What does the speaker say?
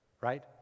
Right